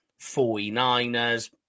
49ers